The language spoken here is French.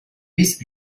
hisse